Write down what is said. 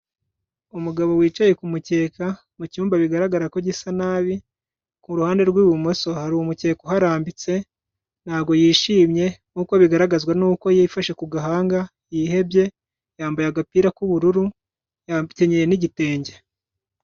Umugabo wicaye kumukeka mu cyumba bigaragara ko gisa nabi, kuruhande rw'ibumoso hari umukeka uharambitse, ntabwo yishimye nk'uko bigaragazwa n'uko yifashe ku gahanga, yihebye, yambaye agapira k'ubururu yakenyeye n'igitenge.